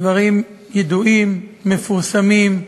הדברים ידועים, מפורסמים,